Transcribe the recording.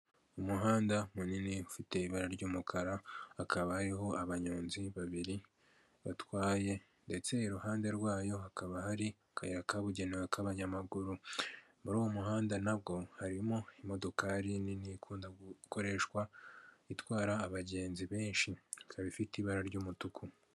Umuhanda munini ufite ibara ry'umukara hakaba hariho abanyonzi babiri batwaye ndetse iruhande rwayo hakaba hari akayira kabugenewe k'abanyamaguru, muri uwo muhanda nabwo harimo imodokari nini ikunda gukoreshwa itwara abagenzi benshi, ikaba ifite ibara ry'umutuku.